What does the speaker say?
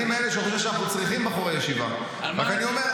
אני אומר,